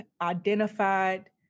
identified